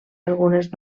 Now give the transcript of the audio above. algunes